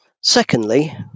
Secondly